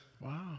Wow